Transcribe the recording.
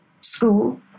school